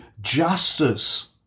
justice